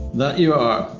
that you are.